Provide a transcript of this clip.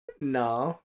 No